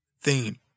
theme